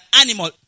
animal